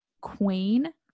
queen